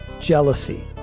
jealousy